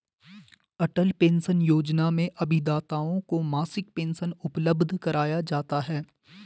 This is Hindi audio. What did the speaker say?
अटल पेंशन योजना में अभिदाताओं को मासिक पेंशन उपलब्ध कराया जाता है